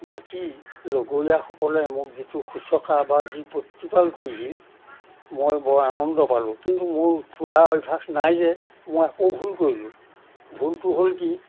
বাকী লগৰীয়াসকলে মোক যিটো শুশ্ৰূষা বা যি প্ৰতিপাল কৰিছিল মই বৰ আনন্দ পালোঁ কিন্তু মোৰ ফুৰা অভ্যাস নাই যে মই আকৌ ভুল কৰিলোঁ ভুলটো হ'ল কি